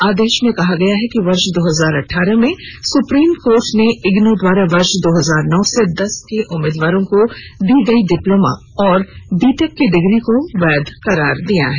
आदेश में कहा गया है कि वर्ष दो हजार अठारह में सुप्रीम कोर्ट ने इग्नू द्वारा वर्ष दो हजार नौ से दस के उम्मीदवारों को दी गई डिप्लोमा और बीटेक की डिग्री को वैध करार दिया है